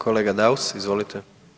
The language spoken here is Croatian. Kolega Daus, izvolite.